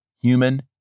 human